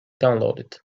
downloaded